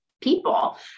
people